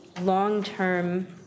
long-term